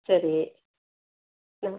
சரி நான்